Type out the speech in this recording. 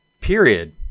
period